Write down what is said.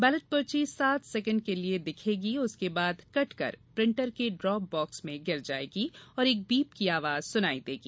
ballot पर्ची सात second के लिए दिखेगी उसके बाद कट कर प्रिंटर के ड्राप बाक्स मे गिर जाएगी और एक बीप की आवाज सुनाई देगी